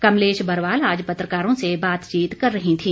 कमलेश बरवाल आज पत्रकारों से बातचीत कर रही थी